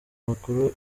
makuru